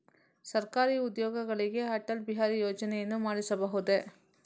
ಸರಕಾರಿ ಉದ್ಯೋಗಿಗಳಿಗೆ ಅಟಲ್ ಬಿಹಾರಿ ಯೋಜನೆಯನ್ನು ಮಾಡಿಸಬಹುದೇ?